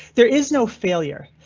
there is no failure.